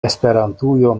esperantujo